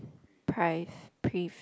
Prive